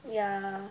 yeah